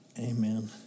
Amen